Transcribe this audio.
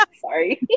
sorry